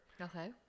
Okay